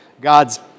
God's